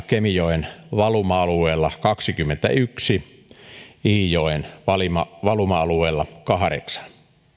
kemijoen valuma alueella kaksikymmentäyksi ja iijoen valuma valuma alueella kahdeksan